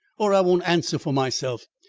or i won't answer for myself.